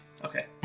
Okay